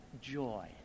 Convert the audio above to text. joy